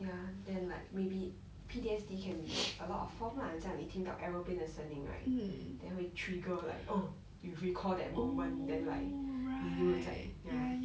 ya then like maybe P_T_S_D can be a lot of form lah 很像你听到 aeroplane 的声音 right then 会 trigger like oh you recall that moment then like 你又在 ya